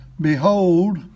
Behold